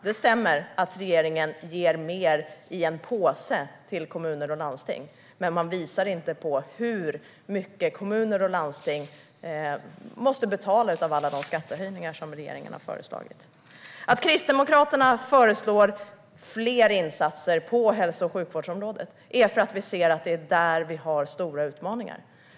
Det stämmer att regeringen ger mer i en påse till kommuner och landsting, men man visar inte hur mycket kommuner och landsting måste betala i form av de skattehöjningar som regeringen har föreslagit. Att Kristdemokraterna föreslår fler insatser på hälso och sjukvårdsområdet är för att vi ser att det är där vi har stora utmaningar.